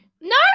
No